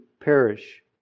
perish